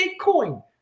Bitcoin